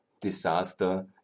disaster